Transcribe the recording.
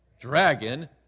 Dragon